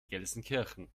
gelsenkirchen